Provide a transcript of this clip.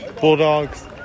Bulldogs